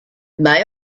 may